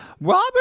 Robert